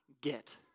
get